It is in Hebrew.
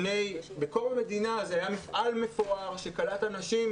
בכל מדינה זה היה מפעל מפואר שקלט אנשים,